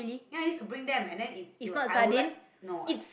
ya you should bring them and then it will I would like no